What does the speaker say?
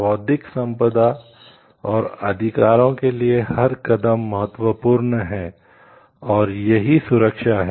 बौद्धिक संपदा और अधिकारों के लिए हर कदम महत्वपूर्ण है और यही सुरक्षा है